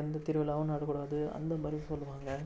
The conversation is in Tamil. எந்த திருவிழாவும் நடக்க கூடாது அந்த மாதிரி சொல்லுவாங்க